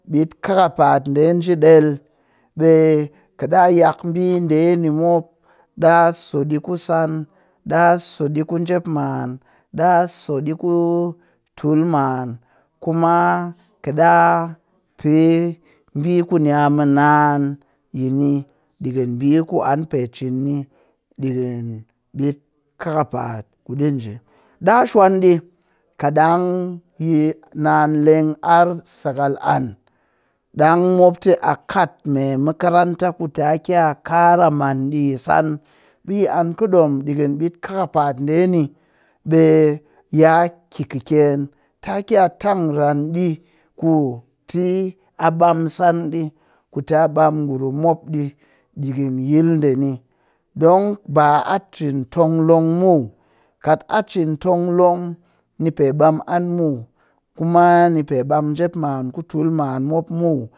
Ɓt kakapa'at ɗe nji ɗel ɓe kɨ ɗaa yak ɓiɗe ni mop kɨ so ɗi ku san ɗaa so ɗi ku njep maan ɗaa so ɗi ku tul maan kuma ɗaa pee ɓii kunya mu naan yini ɗikɨn ɓi ku an pe cin ni ɗikɨn ɓit kakapa'at kuɗi nji. Ɗaa shwan ɗi kaɗng yi naan leng arr sakal an ɗang mop ti a kat me makaranta kutɨ ki a kara man ɗi san ɓe yi an kɨ ɗom ɗikɨn ɓit kakpa'at ɗe ni ɓe ya ki kɨkyen ti ki a tan ran kutɨ ɓam san ɗi kuta ɓam ngurum mop ɗikɨn yil ɗe ni don ba a cin tong long muw kat a cin tong long ni ɓam an muw, kuma ni pe ɓam njep maan ku tul maan mop muw